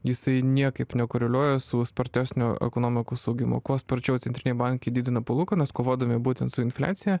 jisai niekaip nekoreliuoja su spartesnio ekonomikos augimu kuo sparčiau centriniai bankai didina palūkanas kovodami būtent su infliacija